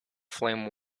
flame